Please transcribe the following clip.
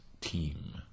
team